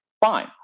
fine